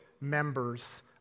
members